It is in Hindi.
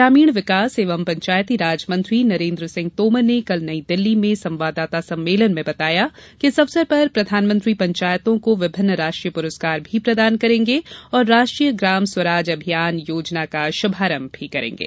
ग्रामीण विकास एवं पंचायती राज मंत्री नरेन्द्र सिंह तोमर ने कल नई दिल्ली में संवाददाता सम्मेलन में बताया कि इस अवसर पर प्रधानमंत्री पंचायतों को विभिन्न राष्ट्रीय पुरस्कार भी प्रदान करेंगे और राष्ट्रीय ग्राम स्वराज अभियान योजना का श्भारंभ भी करेगे